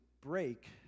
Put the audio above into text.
break